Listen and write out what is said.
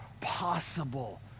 possible